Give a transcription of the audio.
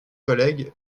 collègues